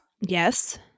Yes